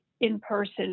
in-person